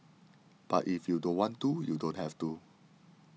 but if you don't want to you don't have to